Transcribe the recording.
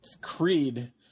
Creed